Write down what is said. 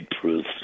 proof